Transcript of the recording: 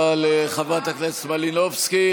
תודה לחברת הכנסת מלינובסקי.